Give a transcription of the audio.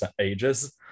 ages